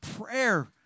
prayer